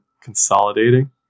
consolidating